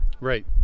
Right